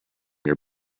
your